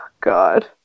god